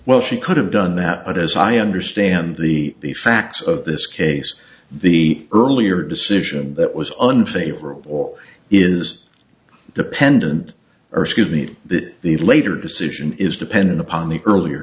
well she could have done that but as i understand the facts of this case the earlier decision that was unfavorable is dependent or excuse me the later decision is dependent upon the earlier